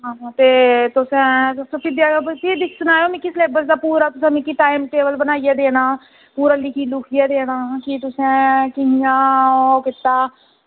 ते तुस मिगी सनायो सलेब्स दा पूरा मिगी टाईम टेबल बनाइयै देना पूरा लिखियै देना कि तुसें इंया ओह् कीता